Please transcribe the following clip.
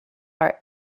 are